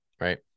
right